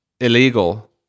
illegal